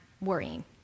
worrying